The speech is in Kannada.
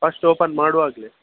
first open ಮಾಡುವಾಗಲೇ